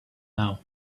now